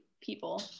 people